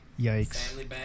Yikes